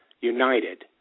united